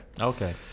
Okay